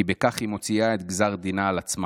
כי בכך היא מוציאה את גזר דינה על עצמה".